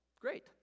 Great